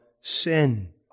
sin